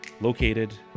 located